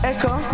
Echo